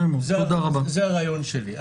זה הרעיון שלי.